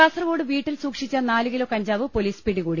കാസർകോട് വീട്ടിൽ സൂക്ഷിച്ച നാല് കിലോ കഞ്ചാവ് പൊലീസ് പിടികൂടി